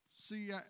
See